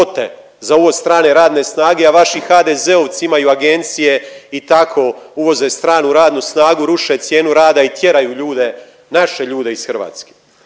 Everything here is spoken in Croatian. za uvoz strane radne snage, a vaši HDZ-ovci imaju agencije i tako uvoze stranu radnu snagu, ruše cijenu rada i tjeraju ljude, naše ljude iz Hrvatske?